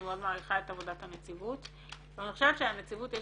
אני מאוד מעריכה את עבודת הנציבות ואני חושבת שלנציבות יש